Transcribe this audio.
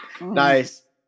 Nice